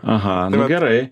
aha nu gerai